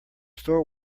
store